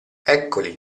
eccoli